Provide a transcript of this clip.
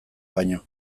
baino